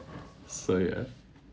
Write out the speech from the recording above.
so ya